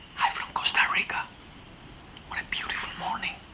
costa rica what a beautiful morning.